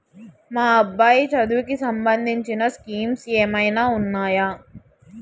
మా అబ్బాయి చదువుకి సంబందించిన స్కీమ్స్ ఏమైనా ఉన్నాయా?